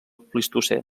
plistocè